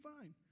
fine